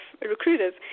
recruiters